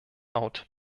out